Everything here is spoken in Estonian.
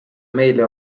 meile